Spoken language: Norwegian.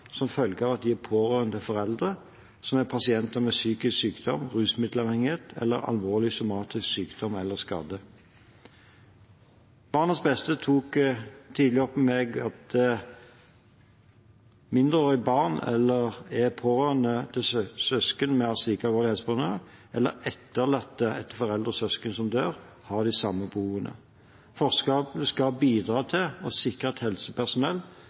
som følge av at de er pårørende til foreldre som er pasienter med psykisk sykdom, rusmiddelavhengighet eller alvorlig somatisk sykdom eller skade. BarnsBeste tok tidlig opp med meg at mindreårige barn som er pårørende til søsken med slike alvorlige helseproblemer, eller etterlatte etter foreldre og søsken som dør, har de samme behovene. Forslagene skal bidra til å sikre at helsepersonell